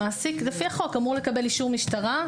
המעסיק לפי החוק אמור לקבל אישור משטרה.